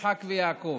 יצחק ויעקב,